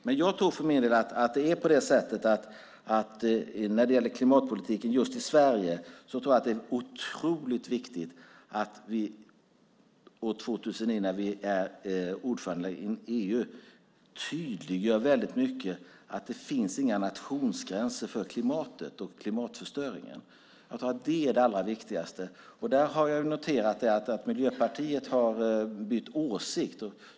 Men när det gäller klimatpolitiken just i Sverige tror jag att det är otroligt viktigt att vi 2009, när Sverige är ordförande i EU, gör väldigt tydligt att det inte finns några nationsgränser för klimatet och klimatförstöringen. Jag tror att det är det allra viktigaste, och där har jag noterat att Miljöpartiet har bytt åsikt.